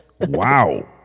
Wow